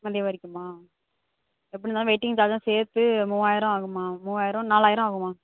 மதியம் வரைக்குமா எப்படி இருந்தாலும் வெயிட்டிங் சார்ஜ்லாம் சேர்த்து மூவாயிரம் ஆகும்மா மூவாயிரம் நாலாயிரம் ஆகும்மா